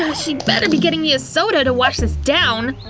she better be getting me a soda to wash this down.